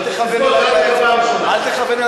אל תכוון עלי באצבע.